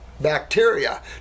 Bacteria